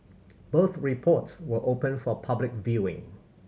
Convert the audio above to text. both reports were open for public viewing